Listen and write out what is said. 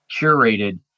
curated